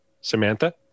Samantha